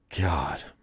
God